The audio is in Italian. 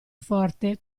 forte